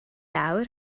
awr